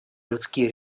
людские